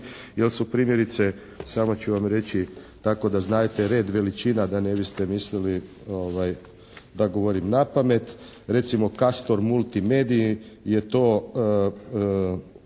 jer su primjerice samo ću vam reći tako da znadete red veličina da ne biste mislili da govorim na pamet, recimo kastor multimediji su to